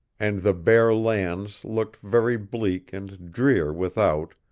and the bare lands looked very bleak and drear without,